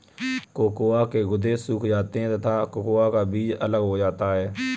cocoa के गुदे सूख जाते हैं तथा कोकोआ का बीज अलग हो जाता है